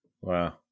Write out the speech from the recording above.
Wow